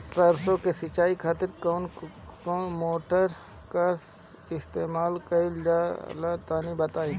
सरसो के सिंचाई खातिर कौन मोटर का इस्तेमाल करल जाला तनि बताई?